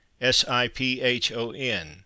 S-I-P-H-O-N